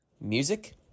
Music